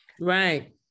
right